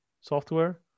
software